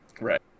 Right